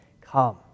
come